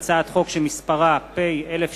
הצעת חוק העמותות (תיקון מס' 12)